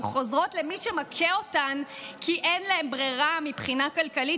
הן חוזרות למי שמכה אותן כי אין להן ברירה מבחינה כלכלית,